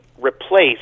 replace